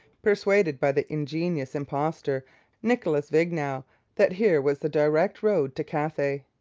persuaded by the ingenious impostor nicolas vignau that here was the direct road to cathay.